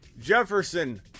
Jefferson